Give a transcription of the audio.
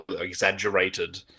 exaggerated